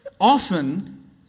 often